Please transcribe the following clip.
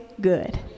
good